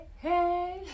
hey